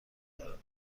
دارد